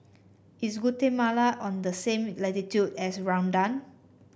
is Guatemala on the same latitude as Rwanda